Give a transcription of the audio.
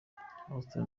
houston